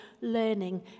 learning